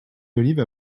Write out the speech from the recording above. d’olive